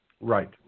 Right